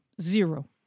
Zero